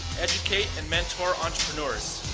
educate, and mentor entrepreneurs.